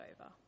over